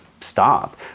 Stop